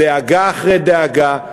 דאגה אחרי דאגה,